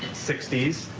sixty s,